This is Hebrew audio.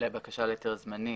לבקשה להיתר זמני